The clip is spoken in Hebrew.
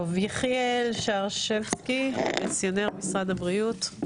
טוב, יחיאל שרשבסקי, פנסיונר משרד הבריאות.